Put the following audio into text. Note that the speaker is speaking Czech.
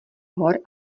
hor